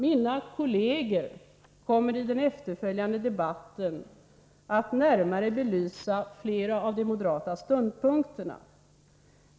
Mina kolleger kommer i den efterföljande debatten att närmare belysa flera av de moderata ståndpunkterna.